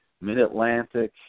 Mid-Atlantic